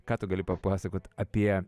ką tu gali papasakot apie